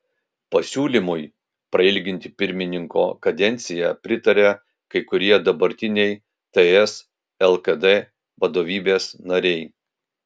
pasiūlymui prailginti pirmininko kadenciją pritaria kai kurie dabartiniai ts lkd vadovybės nariai